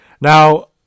Now